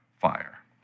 fire